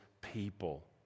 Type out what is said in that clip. people